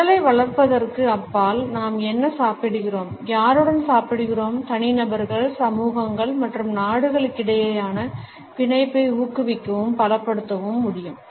உடலை வளர்ப்பதற்கு அப்பால் நாம் என்ன சாப்பிடுகிறோம் யாருடன் சாப்பிடுகிறோம் தனிநபர்கள் சமூகங்கள் மற்றும் நாடுகளுக்கிடையேயான பிணைப்பை ஊக்குவிக்கவும் பலப்படுத்தவும் முடியும் "